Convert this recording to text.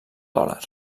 dòlar